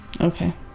Okay